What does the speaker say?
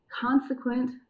consequent